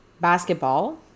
basketball